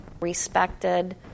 respected